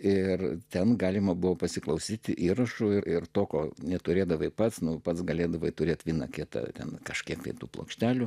ir ten galima buvo pasiklausyti įrašų ir ir to ko neturėdavai pats nu pats galėdavai turėti vieną kitą ten kažkiek tų plokštelių